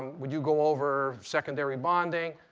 would you go over secondary bonding?